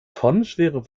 tonnenschwere